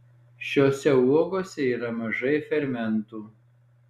šiose uogose yra mažai fermentų